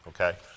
okay